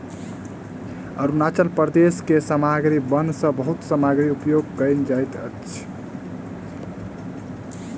अरुणाचल प्रदेश के वन सॅ बहुत सामग्री उपयोग कयल जाइत अछि